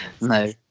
no